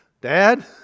dad